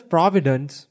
Providence